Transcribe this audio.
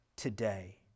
today